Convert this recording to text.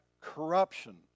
corruption